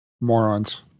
Morons